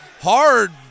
hard